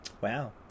Wow